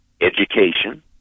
education